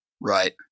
Right